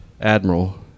Admiral